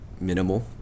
minimal